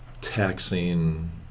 taxing